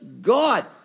God